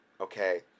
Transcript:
okay